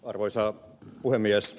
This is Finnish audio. arvoisa puhemies